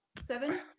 seven